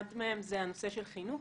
אחד מהם זה הנושא של חינוך